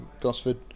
Gosford